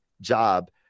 job